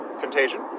Contagion